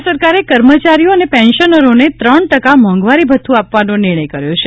રાજ્ય સરકારે કર્મચારીઓ અને પેન્શનરોને ત્રણ ટકા મોંઘવારી ભથ્થુ આપવાનો નિર્ણય કર્યો છે